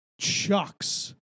chucks